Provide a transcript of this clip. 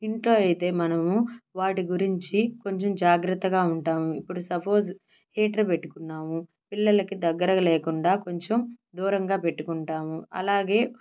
ఇంట్లో అయితే మనము వాటి గురించి కొంచం జాగ్రత్తగా ఉంటాము ఇప్పుడు సపోజ్ హీటర్ పెట్టుకున్నాము పిల్లలకి దగ్గరకి లేకుండా కొంచుం దూరంగా పెట్టుకుంటాము అలాగే